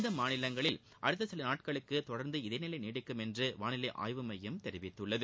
இந்த மாநிலங்களில் அடுத்த சில நாட்களுக்கு தொடரந்து இதே நிலை நீடிக்கும் என்று வானிலை ஆய்வு மையம் கூறியுள்ளது